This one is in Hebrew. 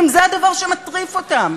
ואני אומרת שזה יום